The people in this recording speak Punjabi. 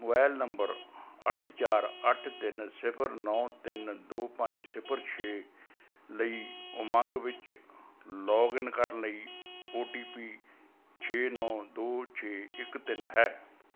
ਮੋਬਾਈਲ ਨੰਬਰ ਅੱਠ ਚਾਰ ਅੱਠ ਤਿੰਨ ਸਿਫ਼ਰ ਨੌ ਤਿੰਨ ਦੋ ਪੰਜ ਸਿਫਰ ਛੇ ਲਈ ਉਮੰਗ ਵਿੱਚ ਲੌਗਇਨ ਕਰਨ ਲਈ ਓ ਟੀ ਪੀ ਛੇ ਨੌ ਦੋ ਛੇ ਇੱਕ ਤਿੰਨ ਹੈ